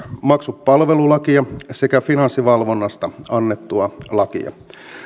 maksupalvelulakia sekä finanssivalvonnasta annettua lakia